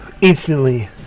instantly